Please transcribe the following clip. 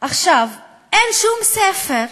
אין שום ספר,